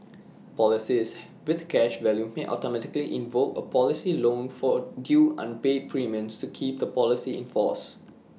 policies with cash value may automatically invoke A policy loan for due unpaid premiums to keep the policy in force